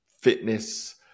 fitness